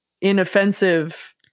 inoffensive